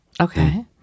Okay